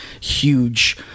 huge